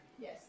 Yes